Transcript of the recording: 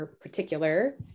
particular